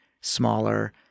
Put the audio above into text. smaller